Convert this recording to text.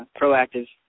proactive